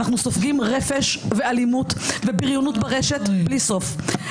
אנחנו סופגים רפש ואלימות ובריונות ברשת בלי סוף,